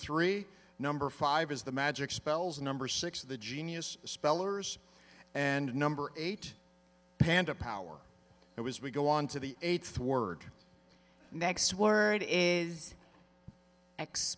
three number five is the magic spells number six the genius spellers and number eight panda power it was we go on to the eighth word next word is ex